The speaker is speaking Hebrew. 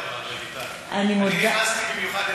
אני נכנסתי במיוחד,